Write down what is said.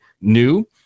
new